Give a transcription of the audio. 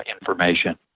information